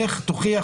לך תוכיח.